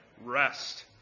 rest